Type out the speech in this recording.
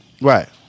Right